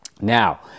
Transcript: Now